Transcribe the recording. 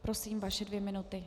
Prosím, vaše dvě minuty.